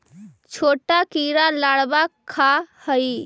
छोटा कीड़ा लारवा खाऽ हइ